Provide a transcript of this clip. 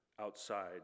outside